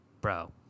bro